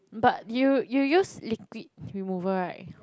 but you you use liquid remover [right]